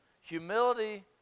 humility